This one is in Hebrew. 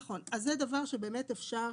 נכון, אז זה דבר שבאמת אפשר